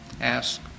ask